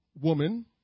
woman